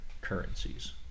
currencies